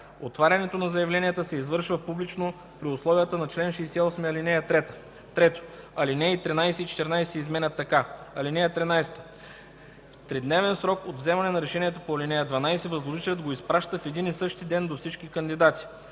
„Отварянето на заявленията се извършва публично при условията на чл. 68, ал. 3.” 3. Алинеи 13 и 14 се изменят така: „(13) В тридневен срок от вземане на решението по ал. 12 възложителят го изпраща в един и същи ден до всички кандидати.